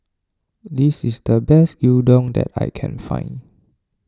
this is the best Gyudon that I can find